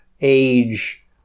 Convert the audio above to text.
age